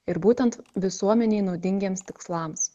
ir būtent visuomenei naudingiems tikslams